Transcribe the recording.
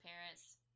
Parents